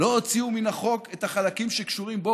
לא הוציאו מן החוק את החלקים שקשורים בו,